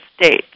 States